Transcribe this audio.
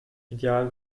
ideal